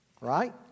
Right